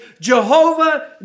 Jehovah